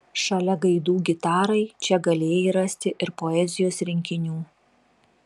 šalia gaidų gitarai čia galėjai rasti ir poezijos rinkinių